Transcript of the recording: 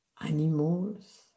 animals